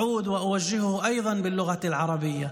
ואני חוזר ומפנה אותה גם בשפה הערבית: